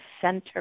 center